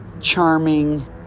charming